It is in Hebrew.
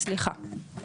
סליחה,